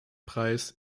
preis